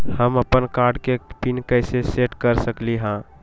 हम अपन कार्ड के पिन कैसे सेट कर सकली ह?